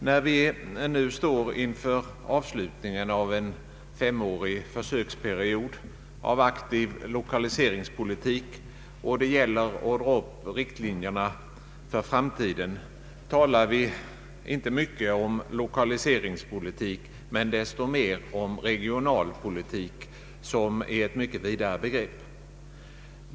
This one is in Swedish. När vi nu står inför avslutningen av en femårig försöksperiod av aktiv 1okaliseringspolitik och när det gäller att dra upp riktlinjerna för framtiden, talar vi inte mycket om lokaliseringspolitik men desto mer om regionalpolitik, som är ett mycket vidare begrepp.